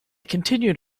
continued